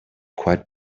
quite